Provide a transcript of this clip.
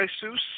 Jesus